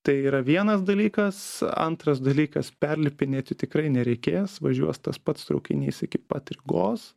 tai yra vienas dalykas antras dalykas perlipinėti tikrai nereikės važiuos tas pats traukinys iki pat rygos